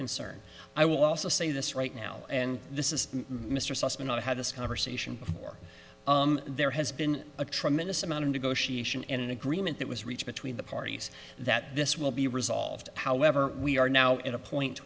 concern i will also say this right now and this is mr susman i had this conversation before there has been a tremendous amount of negotiation and an agreement that was reached between the parties that this will be resolved however we are now at a point